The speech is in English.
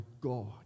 God